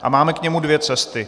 A máme k němu dvě cesty.